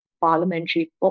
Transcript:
parliamentary